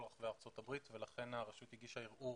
רחבי ארצות הברית ולכן הרשות הגישה ערעור